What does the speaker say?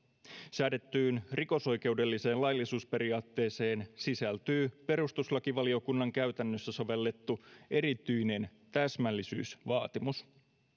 säädettyyn rikosoikeudelliseen laillisuusperiaatteeseen sisältyy perustuslakivaliokunnan käytännössä sovellettu erityinen täsmällisyysvaatimus